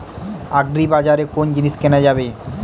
আগ্রিবাজারে কোন জিনিস কেনা যাবে?